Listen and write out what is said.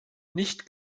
nicht